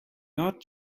not